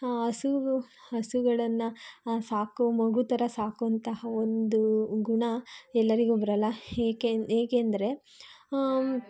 ಹಸುವು ಹಸುಗಳನ್ನು ಸಾಕೋ ಮಗು ಥರ ಸಾಕುವಂತಹ ಒಂದು ಗುಣ ಎಲ್ಲರಿಗೂ ಬರಲ್ಲ ಏಕೆ ಏಕೆಂದರೆ